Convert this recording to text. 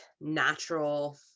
natural